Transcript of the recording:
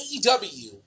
AEW